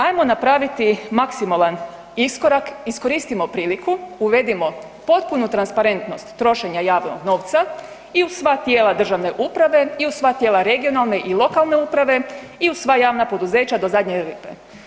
Ajmo napraviti maksimalan iskorak, iskoristimo priliku, uvedimo potpunu transparentnost trošenja javnog novca i u sva tijela državne uprave, i u sva tijela regionalne i lokalne uprave i u sva javna poduzeća do zadnje lipe.